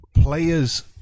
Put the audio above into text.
players